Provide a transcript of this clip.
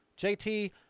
JT